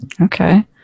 Okay